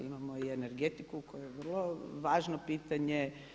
Imamo i energetiku koja je vrlo važno pitanje.